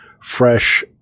fresh